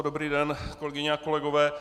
Dobrý den, kolegyně a kolegové.